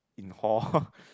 in hall